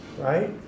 Right